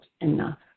enough